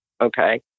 okay